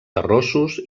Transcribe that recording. terrossos